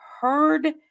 heard